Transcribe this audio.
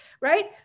right